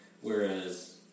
Whereas